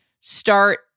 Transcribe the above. start